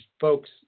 folks